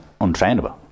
untrainable